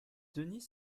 denis